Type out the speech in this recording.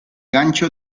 gancho